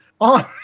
on